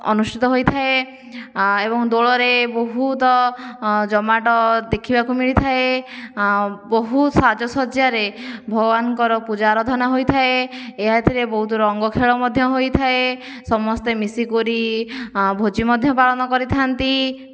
ଅନୁଷ୍ଠିତ ହୋଇଥାଏ ଏବଂ ଦୋଳରେ ବହୁତ ଜମାଟ ଦେଖିବାକୁ ମିଳିଥାଏ ବହୁତ ସାଜସଜ୍ଜାରେ ଭଗବାନଙ୍କର ପୂଜା ଆରାଧନା ହୋଇଥାଏ ଏହାଥିରେ ବହୁତ ରଙ୍ଗ ଖେଳ ମଧ୍ୟ ହୋଇଥାଏ ସମସ୍ତେ ମିଶିକରି ଭୋଜି ମଧ୍ୟ ପାଳନ କରିଥାନ୍ତି